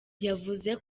yavuze